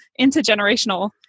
intergenerational